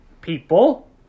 people